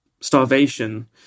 starvation